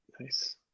Nice